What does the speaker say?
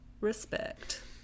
Respect